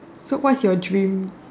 so what's your dream